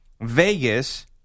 Vegas